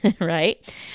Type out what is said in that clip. right